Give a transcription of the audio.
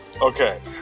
Okay